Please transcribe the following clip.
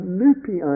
loopy